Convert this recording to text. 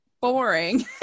boring